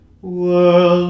world